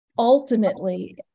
Ultimately